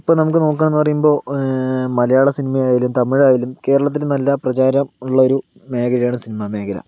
ഇപ്പൊൾ നമുക്ക് നോക്കാന്ന് പറയുമ്പോൾ മലയാള സിനിമയായാലും തമിഴായാലും കേരളത്തില് നല്ല പ്രചാരം ഉള്ളൊരു മേഖലയാണ് സിനിമാ മേഖല